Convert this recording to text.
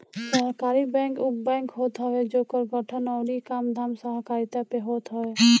सहकारी बैंक उ बैंक होत हवे जेकर गठन अउरी कामधाम सहकारिता पे होत हवे